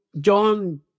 John